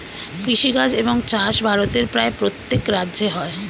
কৃষিকাজ এবং চাষ ভারতের প্রায় প্রত্যেক রাজ্যে হয়